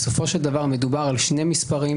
בסופו של דבר, מדובר על שני מספרים.